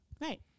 Right